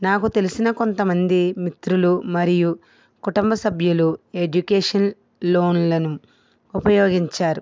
నాకు తెలిసిన కొంతమంది మిత్రులు మరియు కుటుంబసభ్యులు ఎడ్యుకేషన్ లోన్లను ఉపయోగించారు